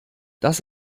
das